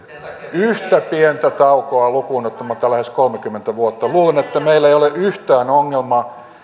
yhtä pientä taukoa lukuun ottamatta lähes kolmekymmentä vuotta luulen että meillä ei ole yhtään ongelmaa